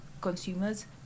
consumers